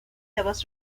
لباس